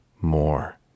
more